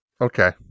Okay